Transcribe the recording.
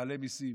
נעלה מיסים.